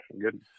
Good